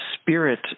spirit